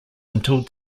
until